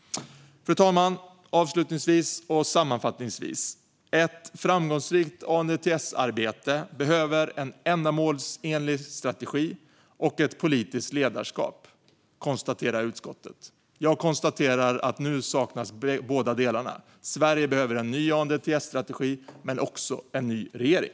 Fru talman! Avslutningsvis och sammanfattningsvis: För ett framgångsrikt ANDTS-arbete behövs en ändamålsenlig strategi och ett politiskt ledarskap, konstaterar utskottet. Jag konstaterar att båda delarna nu saknas. Sverige behöver en ny ANDTS-strategi men också en ny regering.